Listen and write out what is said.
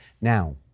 Now